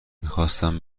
میخواستم